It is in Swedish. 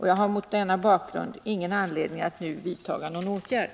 Jag har mot denna bakgrund ingen anledning att nu vidta någon åtgärd.